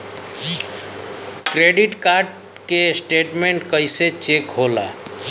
Credit card के statement कइसे check होला?